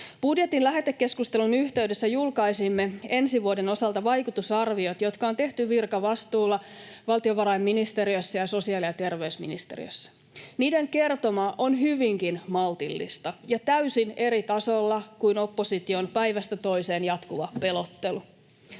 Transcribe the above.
Budjetin lähetekeskustelun yhteydessä julkaisimme ensi vuoden osalta vaikutusarviot, jotka on tehty virkavastuulla valtiovarainministeriössä ja sosiaali- ja terveysministeriössä. Niiden kertoma on hyvinkin maltillista ja täysin eri tasolla kuin opposition päivästä toiseen jatkuva pelottelu.